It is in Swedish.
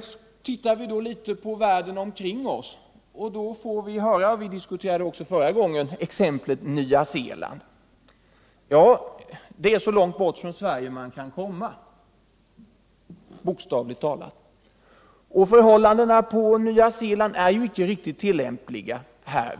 Ser vi på världen omkring oss, får vi liksom förra gången höra exemplet Nya Zeeland. Ja, det är så långt bort från Sverige man kan komma bokstavligt talat. Förhållandena på Nya Zeeland är inte riktigt tillämpliga här.